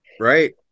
right